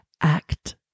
Act